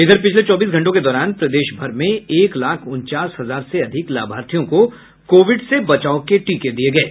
इधर पिछले चौबीस घंटों के दौरान प्रदेश भर में एक लाख उनचास हज़ार से अधिक लाभार्थियों को कोविड से बचाव के टीके दिये गये